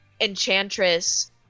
Enchantress